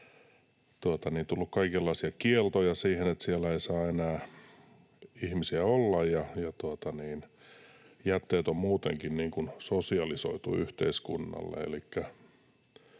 on tullut kaikenlaisia kieltoja siihen, niin että siellä ei saa enää ihmisiä olla, ja jätteet on muutenkin niin kuin sosialisoitu yhteiskunnalle.